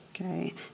okay